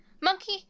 monkey